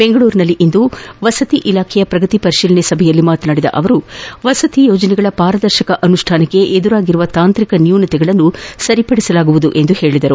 ಬೆಂಗಳೂರಿನಲ್ಲಿಂದು ವಸತಿ ಇಲಾಖೆಯ ಪ್ರಗತಿ ಪರಿತೀಲನಾ ಸಭೆಯಲ್ಲಿ ಮಾತನಾಡಿದ ಅವರು ವಸತಿ ಯೋಜನೆಗಳ ಪಾರದರ್ಶಕ ಅನುಷ್ಠಾನಕ್ಕೆ ಎದುರಾಗಿರುವ ತಾಂತ್ರಿಕ ನ್ಲೂನತೆಗಳನ್ನು ಸರಿಪಡಿಸಲಾಗುವುದು ಎಂದು ಹೇಳಿದರು